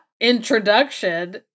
introduction